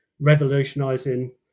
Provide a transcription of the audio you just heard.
revolutionising